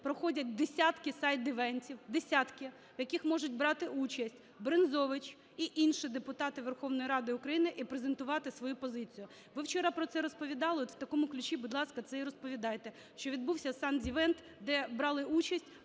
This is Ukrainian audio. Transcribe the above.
проходять десятки сайд-івентів, десятки, в яких можуть брати участь Брензович і інші депутати Верховної Ради України і презентувати свою позицію. Ви вчора про це розповідали, от в такому ключі, будь ласка, це і розповідайте, що відбувся сайд-івент, де брали участь